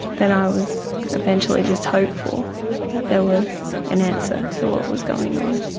then i was eventually just hopeful that there was an answer to what was going on.